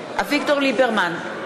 נגד אביגדור ליברמן,